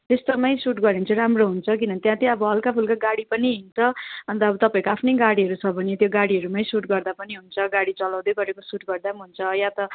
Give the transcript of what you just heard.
त्यस्तोमै shoot गऱ्यो भने चाहिँ राम्रो हुन्छ किनभने त्यहाँ चाहिँ हल्का फुल्का गाडी पनि हिँड्छ अन्त अब तपाईँहरूको आफ्नै गाडीहरू छ भने त्यो गाडीहरूमै सुट गर्दा पनि हुन्छ गाडी चलाउँदै गरको सुट गर्दा पनि हुन्छ या त